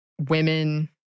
women